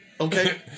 Okay